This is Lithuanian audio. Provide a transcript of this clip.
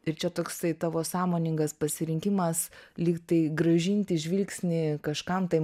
ir čia toksai tavo sąmoningas pasirinkimas lyg tai grąžinti žvilgsnį kažkam tai